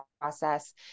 process